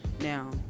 now